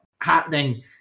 happening